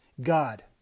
God